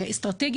בעולם.